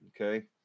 Okay